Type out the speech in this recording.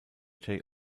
jay